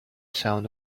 sound